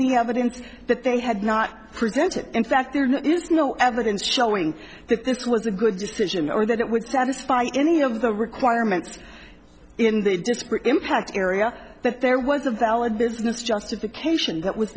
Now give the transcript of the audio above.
any evidence that they had not presented in fact there is no evidence showing that this was a good decision or that it would satisfy any of the requirements in the disparate impact area that there was a valid business justification